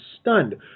stunned